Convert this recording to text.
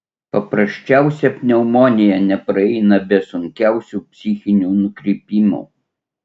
paprasčiausia pneumonija nepraeina be sunkiausių psichinių nukrypimų